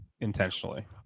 intentionally